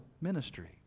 ministry